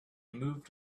moved